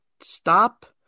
stop